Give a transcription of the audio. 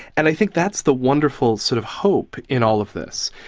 and i think that's the wonderful sort of hope in all of this,